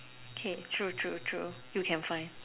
okay true true true you can find